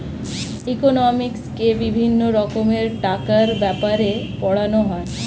ইকোনমিক্সে বিভিন্ন রকমের টাকার ব্যাপারে পড়ানো হয়